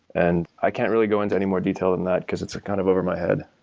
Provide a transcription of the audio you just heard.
and i can't really go into any more detail than that because it's kind of over my head.